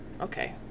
Okay